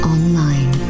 Online